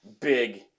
big